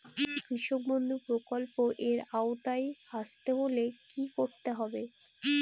কৃষকবন্ধু প্রকল্প এর আওতায় আসতে হলে কি করতে হবে?